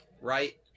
right